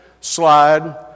slide